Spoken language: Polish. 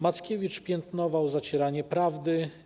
Mackiewicz piętnował zacieranie prawdy.